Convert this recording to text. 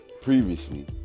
previously